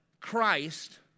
Christ